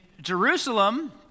Jerusalem